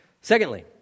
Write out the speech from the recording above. Secondly